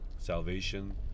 salvation